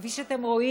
כפי שאתם רואים,